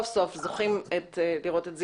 להכניס את השטח הזה כחלופה